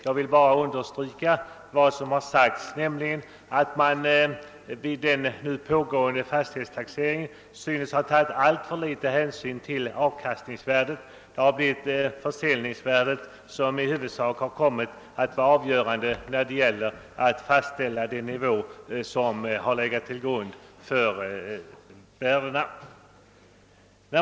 Jag vill bara understryka vad som sagts, nämligen att man vid den pågående fastighetstaxeringen synes ha tagit alltför liten hänsyn till avkastningsvärdet. I huvudsak har försäljningsvärdet kommit att vara avgörande när det gäller att fastställa den nivå som har legat till grund för värdena.